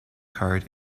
card